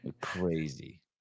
Crazy